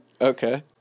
Okay